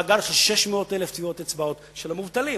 600,000 טביעות אצבעות של המובטלים.